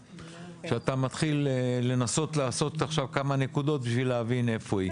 שאתה מתחיל לנסות לעשות עכשיו כמה נקודות כדי להבין איפה היא.